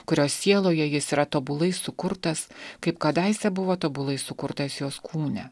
kurios sieloje jis yra tobulai sukurtas kaip kadaise buvo tobulai sukurtas jos kūne